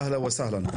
אהלן וסהלן.